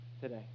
today